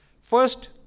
First